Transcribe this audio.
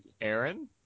Aaron